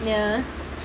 ya